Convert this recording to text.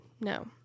No